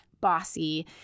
bossy